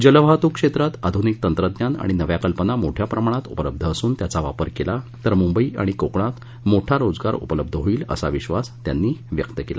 जलवाहतूक क्षेत्रात आधुनिक तंत्रज्ञान आणि नव्या कल्पना मोठ्या प्रमाणात उपलब्ध असून त्याचा वापर केला तर मुंबई आणि कोकणात मोठा रोजगार उपलब्ध होईल असा विधास त्यांनी व्यक्त केला